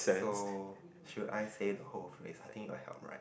so should I stay the whole phrase i think it will help right